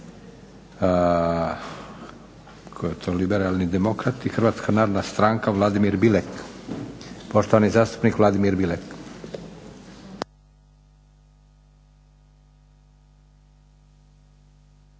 Hvala i vama